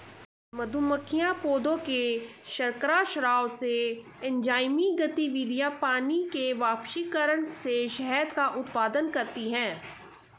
मधुमक्खियां पौधों के शर्करा स्राव से, एंजाइमी गतिविधि, पानी के वाष्पीकरण से शहद का उत्पादन करती हैं